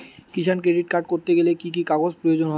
কিষান credit card করতে গেলে কি কি কাগজ প্রয়োজন হয়?